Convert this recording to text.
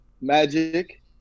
Magic